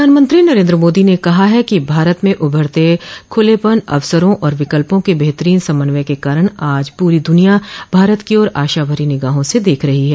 प्रधानमंत्री नरेन्द्र मोदी ने कहा है कि भारत में उभरते खुलेपन अवसरो और विकल्पों के बेहतरीन समन्वय के कारण आज पूरी दुनिया भारत की ओर आशा भरी निगाहों से देख रही है